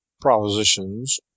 Propositions